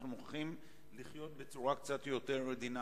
אנחנו מוכרחים לחיות בצורה קצת יותר דינמית.